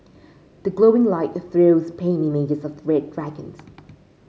the glowing light trails paint images of red dragons